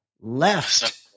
left